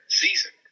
season